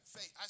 Faith